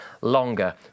longer